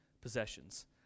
possessions